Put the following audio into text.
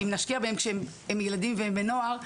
אם נשקיע בהם כשהם ילדים ונוער,